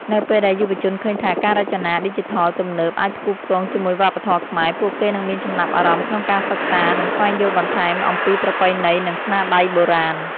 នៅពេលដែលយុវជនឃើញថាការរចនាឌីជីថលទំនើបអាចផ្គូផ្គងជាមួយវប្បធម៌ខ្មែរ ពួកគេនឹងមានចំណាប់អារម្មណ៍ក្នុងការសិក្សា និងស្វែងយល់បន្ថែមអំពីប្រពៃណី និងស្នាដៃបុរាណ។